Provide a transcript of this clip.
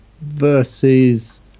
versus